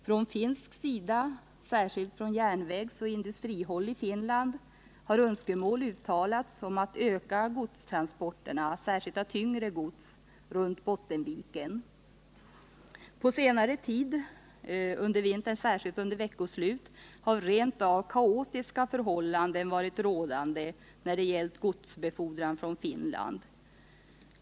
Från finsk sida, särskilt från järnvägsoch industrihåll i Finland, har önskemål uttalats om ökning av godstransporterna, särskilt av tyngre gods, runt Bottenviken. På senare tid, under vintern särskilt under veckoslut, har rent av kaotiska förhållanden varit rådande när det gäller godsbefordran från Finland.